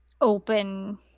open